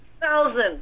thousand